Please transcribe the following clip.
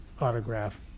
autograph